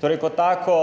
Torej, kot tako